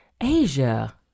Asia